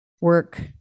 work